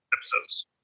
episodes